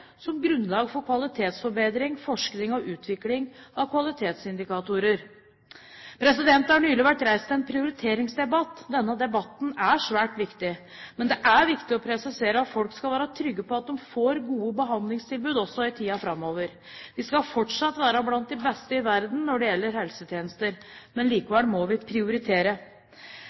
som grunnlag for kvalitetsforbedring, forskning og utvikling av kvalitetsindikatorer. Det har nylig vært reist en prioriteringsdebatt. Denne debatten er svært viktig. Men det er viktig å presisere at folk skal være trygge på at de får gode behandlingstilbud også i tiden framover. Vi skal fortsatt være blant de beste i verden når det gjelder helsetjenester, men likevel må vi prioritere.